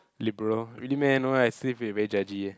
liberal really meh no lah I still feel like very judgey eh